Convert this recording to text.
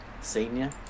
senior